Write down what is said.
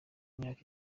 myaka